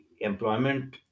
employment